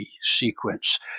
sequence